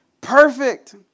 perfect